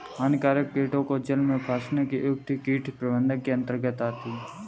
हानिकारक कीटों को जाल में फंसने की युक्तियां कीट प्रबंधन के अंतर्गत आती है